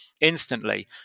instantly